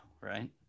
right